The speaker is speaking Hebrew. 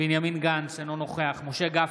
בנימין גנץ, אינו נוכח משה גפני,